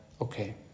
okay